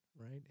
right